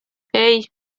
hey